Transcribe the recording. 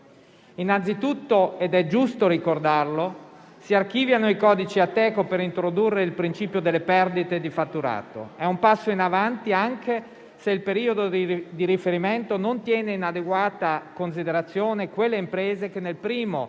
Innanzitutto - ed è giusto ricordarlo - si archiviano i codici Ateco per introdurre il principio delle perdite di fatturato. È un passo in avanti, anche se il periodo di riferimento non tiene in adeguata considerazione quelle imprese che nel primo